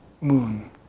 moon